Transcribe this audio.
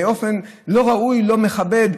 באופן לא ראוי, לא מכבד,